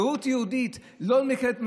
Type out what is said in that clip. זהות יהודית לא נקראת במאכלים,